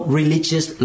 religious